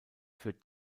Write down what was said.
für